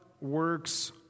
works